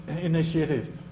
initiative